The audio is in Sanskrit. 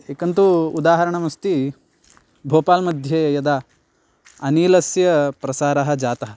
एकन्तु उदाहरणमस्ति भोपालमध्ये यदा अनिलस्य प्रसारः जातः